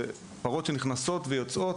אלא פרות שנכנסות ויוצאות,